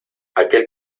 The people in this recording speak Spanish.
aquel